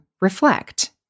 reflect